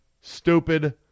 Stupid